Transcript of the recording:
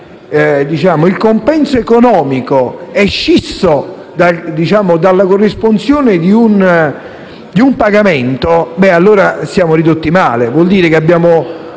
il compenso economico è scisso dalla corresponsione di un pagamento, allora saremmo ridotti male: vorrebbe dire che il